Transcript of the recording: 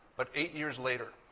but eight years later,